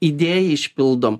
idėją išpildom